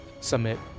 Submit